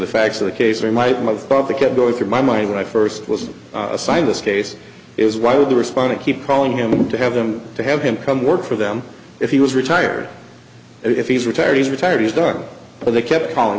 the facts of the case or might most of the kept going through my mind when i first was assigned this case is why would the respondent keep calling him to have them to have him come work for them if he was retired and if he's retired he's retired he's done but they kept calling